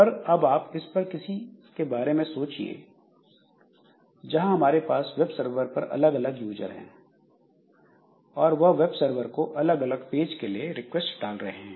पर अब आप ऐसी किसी परिस्थिति के बारे में सोचिए जहां हमारे पास वेब सर्वर पर अलग अलग यूजर हैं और वह web server को अलग अलग पेज के लिए रिक्वेस्ट डाल रहे हैं